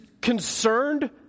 concerned